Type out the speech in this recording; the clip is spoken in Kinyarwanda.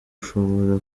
ushobora